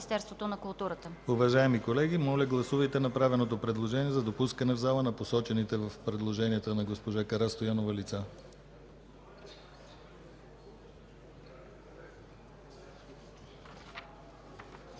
Министерството на културата,